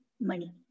money